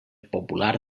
popular